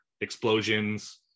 explosions